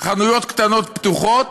חנויות קטנות פתוחות,